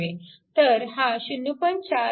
तर हा 0